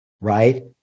right